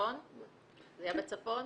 זה היה בצפון?